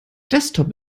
desktop